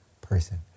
person